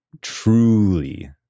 truly